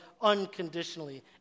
unconditionally